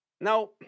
Now